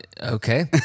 Okay